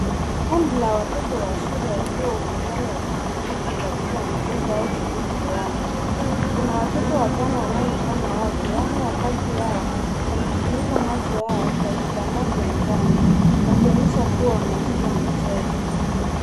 Kundi la watoto wa shule wakiwa uwanjani wakisubiri katika mchezo au shughuli fulani. Kuna watoto watano wanaoonekana wazi. Wanne kati yao wamefunika macho kwa vitambaa vya njano wakionyesha kuwa wanacheza michezo.